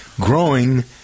growing